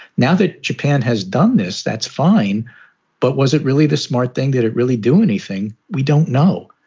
now that japan has done this, that's fine but was it really the smart thing that it really do anything? we don't know.